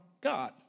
God